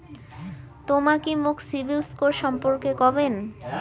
তমা কি মোক সিবিল স্কোর সম্পর্কে কবেন?